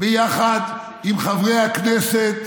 ביחד עם חברי הכנסת